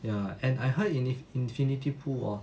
ya and I heard in~ infinity pool hor